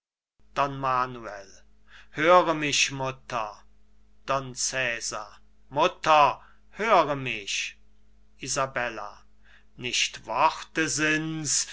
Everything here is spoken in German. manuel höre mich mutter don cesar mutter höre mich isabella nicht worte sind's